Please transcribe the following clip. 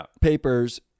papers